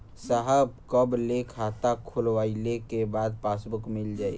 साहब कब ले खाता खोलवाइले के बाद पासबुक मिल जाई?